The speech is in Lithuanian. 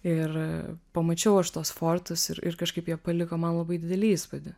ir pamačiau aš tuos fortus ir ir kažkaip jie paliko man labai didelį įspūdį